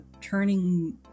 turning